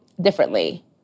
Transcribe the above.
differently